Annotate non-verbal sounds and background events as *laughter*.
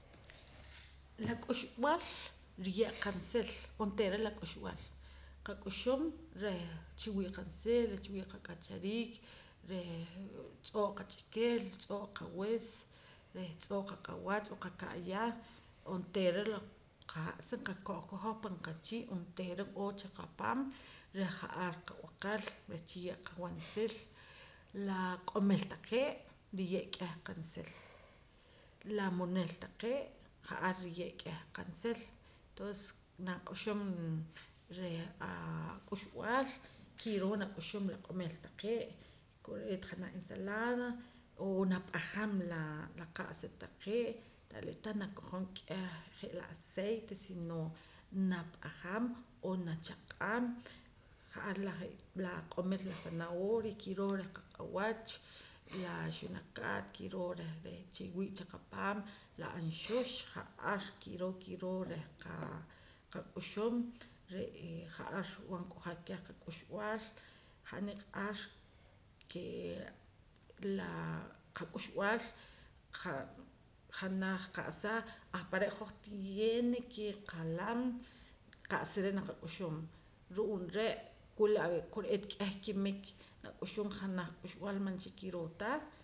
La k'uxb'al riye' qansil onteera la k'uxb'al qak'uxum reh chiwii' qansil reh chiwii' qak'achariik reh tz'oo' qach'ikil tz'oo' qawis reh tz'oo' qaq'awach tz'oo' qaka'ya onteera la qa'sa nqakoj ka hoj pan qachii' onteera n'oo chaqapaam reh ja'ar qab'aqel reh chiye' *noise* qawansil la q'omil taqee' riye' k'eh qansil la munil taqee' ja'ar riye' k'eh qansil tonces nak'uxum reh ak'uxb'aal kiroo nak'uxum la q'omil taqee' kore'eet janaj ensalada o nap'ajam la qa'sa taqee' talvez tah nakojom k'eh j'e la aceite sino na p'ajam o nachaq'aam ja'ar je' la q'omil la zanahoria kiroo reh *noise* qaq'awach la xunakat kiroo reh re' chiwii' chiqapaam la anxux *noise* ja'ar kiroo kiroo reh qa qak'uxum ja'ar rib'an k'ojak reh qak'uxb'aal han niq'ar ke laa la qak'uxb'aal qa janaj qa'sa ahpare' hoj tiene ke qalam qa'sa re' nak'axum ru'uum re' wula kore'eet k'eh kinki nak'uxum janaj k'uxb'al man cha kiroo ta